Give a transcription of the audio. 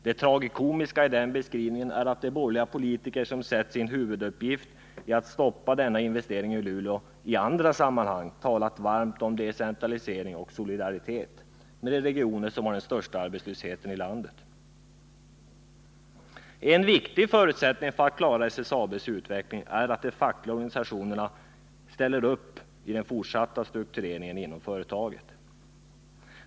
Det tragikomiska i den beskrivningen är att de borgerliga politiker som sett som sin huvuduppgift att stoppa denna investering i Luleå, i andra sammanhang talat varmt om decentralisering och solidaritet med de regioner som har den största arbetslösheten i landet. En viktig förutsättning för att klara SSAB:s utveckling är att de fackliga organisationerna ställer upp bakom den fortsatta struktureringen inom företaget.